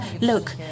Look